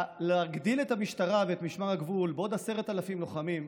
להגדיל את המשטרה ואת משמר הגבול בעוד 10,000 לוחמים,